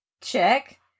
Check